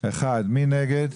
מי נגד?